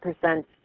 percent